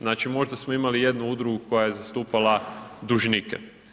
Znači, možda smo imali jednu udrugu koja je zastupala dužnike.